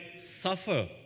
suffer